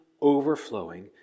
overflowing